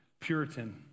Puritan